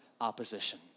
opposition